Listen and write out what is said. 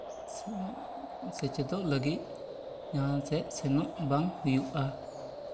ᱥᱮᱪᱮᱫᱚᱜ ᱞᱟᱹᱜᱤᱫ ᱡᱟᱦᱟᱸ ᱥᱮᱡ ᱥᱮᱱᱚᱜ ᱵᱟᱝ ᱦᱩᱭᱩᱜᱼᱟ